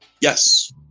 Yes